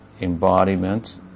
embodiment